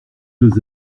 deux